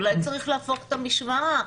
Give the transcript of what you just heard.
אולי צריך להפוך את המשוואה,